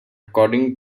according